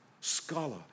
scholar